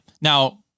Now